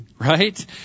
right